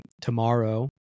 tomorrow